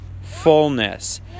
fullness